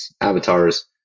avatars